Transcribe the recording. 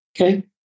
okay